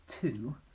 two